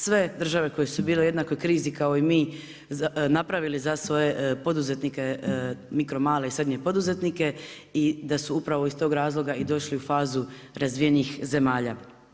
Sve države koje su bile u jednakoj krizi kao i mi, napravili za svoje poduzetnike, mikro, male i srednje poduzetnike i da su upravo iz tog razloga i došle u fazu razvijenih zemalja.